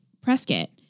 Prescott